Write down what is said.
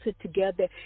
together